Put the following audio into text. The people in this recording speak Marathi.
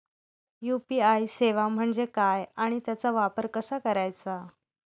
यू.पी.आय सेवा म्हणजे काय आणि त्याचा वापर कसा करायचा?